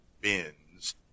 bins